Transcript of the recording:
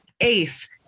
Ace